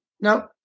No